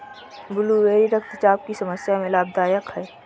blueberry रक्तचाप की समस्या में लाभदायक है